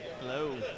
Hello